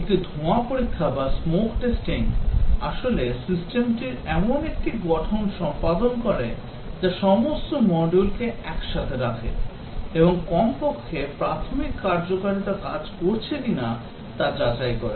একটি ধোঁয়া পরীক্ষা আসলে সিস্টেমটির এমন একটি গঠন সম্পাদন করে যা সমস্ত মডিউল একসাথে রাখে এবং কমপক্ষে প্রাথমিক কার্যকারিতা কাজ করছে কিনা তা যাচাই করে